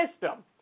system